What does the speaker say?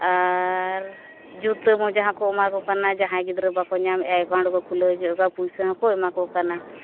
ᱟᱨ ᱡᱩᱛᱟᱹ ᱢᱚᱡᱟ ᱦᱚᱸᱠᱚ ᱮᱢᱟ ᱠᱚ ᱠᱟᱱᱟ ᱡᱟᱦᱟᱸᱭ ᱜᱤᱫᱽᱨᱟᱹ ᱵᱟᱠᱚ ᱧᱟᱢᱮᱜᱼᱟ ᱮᱠᱟᱣᱩᱱᱴ ᱠᱚ ᱠᱷᱩᱞᱟᱹᱣ ᱦᱚᱪᱚᱭᱮᱫ ᱠᱚᱣᱟ ᱯᱩᱭᱥᱟᱹ ᱦᱚᱸᱠᱚ ᱮᱢᱟ ᱠᱚ ᱠᱟᱱᱟ